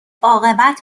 عاقبت